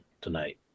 tonight